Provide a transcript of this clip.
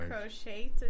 crochet